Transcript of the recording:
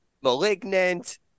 malignant